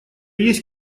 есть